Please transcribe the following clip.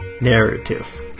narrative